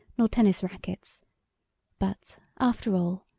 nor tennis rackets but, after all,